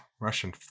Russian